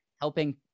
helping